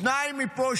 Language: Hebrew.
שניים מפה,